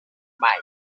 mai